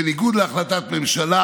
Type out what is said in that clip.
בניגוד להחלטת ממשלה,